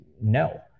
no